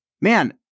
man